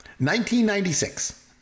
1996